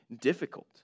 difficult